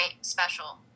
special